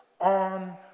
on